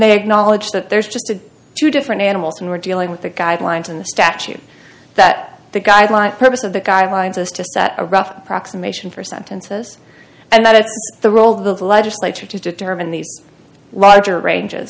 they acknowledge that there's just a few different animals and we're dealing with the guidelines in the statute that the guidelines purpose of the guidelines as to set a rough approximation for sentences and that is the role of the legislature to determine these larger ranges